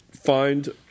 find